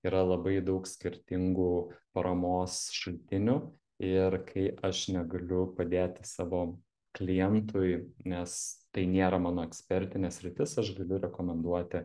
yra labai daug skirtingų paramos šaltinių ir kai aš negaliu padėti savo klientui nes tai nėra mano ekspertinė sritis aš galiu rekomenduoti